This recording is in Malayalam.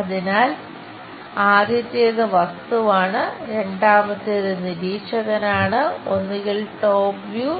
അതിനാൽ ആദ്യത്തേത് വസ്തുവാണ് രണ്ടാമത്തേത് നിരീക്ഷകനാണ് ഒന്നുകിൽ ടോപ് വ്യൂ